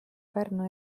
pärnu